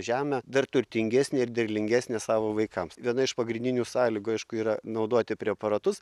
žemę dar turtingesnę ir derlingesnę savo vaikams viena iš pagrindinių sąlygų aišku yra naudoti preparatus